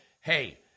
hey